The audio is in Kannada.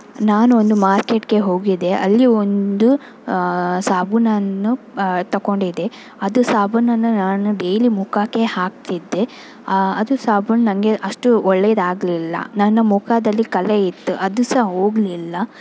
ನಾನೊಂದು ಮಾರ್ಕೆಟ್ಗೆ ಹೋಗಿದ್ದೆ ಅಲ್ಲಿ ಒಂದು ಸಾಬೂನನ್ನು ತಕ್ಕೊಂಡಿದ್ದೆ ಅದು ಸಾಬೂನನ್ನು ನಾನು ಡೈಲಿ ಮುಖಕ್ಕೆ ಹಾಕ್ತಿದ್ದೆ ಅದು ಸಾಬೂನು ನನಗೆ ಅಷ್ಟು ಒಳ್ಳೆಯದಾಗಲಿಲ್ಲ ನನ್ನ ಮುಖದಲ್ಲಿ ಕಲೆ ಇತ್ತು ಅದು ಸಹ ಹೋಗಲಿಲ್ಲ